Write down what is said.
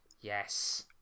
Yes